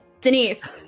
Denise